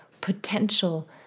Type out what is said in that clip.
potential